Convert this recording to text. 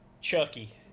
Chucky